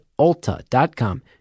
ulta.com